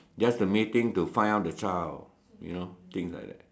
just to meeting to find out the child you know things like that